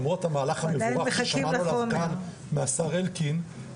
למרות המהלך המבורך ששמענו עליו כאן מהשר אלקין,